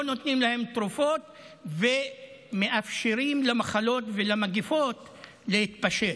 לא נותנים להם תרופות ומאפשרים למחלות ולמגפות להתפשט.